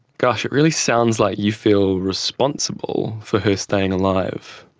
gosh, it really sounds like you feel responsible for her staying alive.